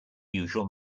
usual